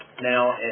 now